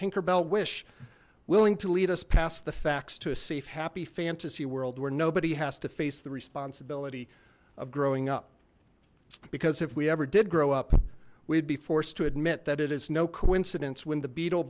tinkerbell wish willing to lead us past the facts to a safe happy fantasy world where nobody has to face the responsibility of growing up because if we ever did grow up we'd be forced to admit that it is no coincidence when the beadle